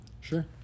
Sure